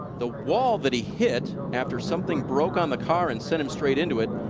the wall that he hit after something broke on the car and sent him straight into it.